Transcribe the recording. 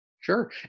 Sure